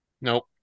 Nope